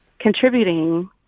contributing